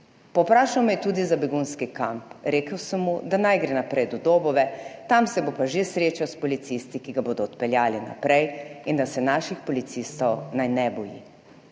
Povprašal me je tudi za begunski kamp. Rekel sem mu, da naj gre naprej do Dobove, tam se bo pa že srečal s policisti, ki ga bodo odpeljali naprej in da se naših policistov naj ne boji.